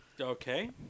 Okay